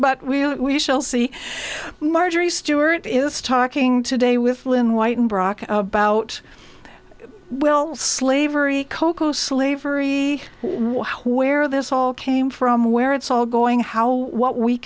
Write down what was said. but we shall see marjorie stewart is talking today with lyn white and brock about well slavery cocoa slavery where this all came from where it's all going how what we